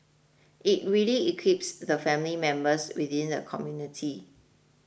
it really equips the family members within the community